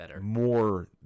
more